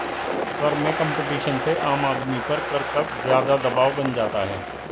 कर में कम्पटीशन से आम आदमी पर कर का ज़्यादा दवाब बन जाता है